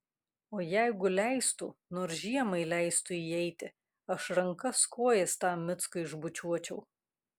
o jeigu leistų nors žiemai leistų įeiti aš rankas kojas tam mickui išbučiuočiau